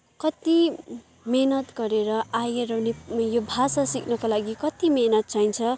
कत्ति मेहनत गरेर आएर नै यो भाषा सिक्नको लागि कत्ति मेहनत चाहिन्छ